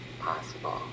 possible